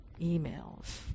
emails